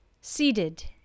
seated